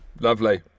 Lovely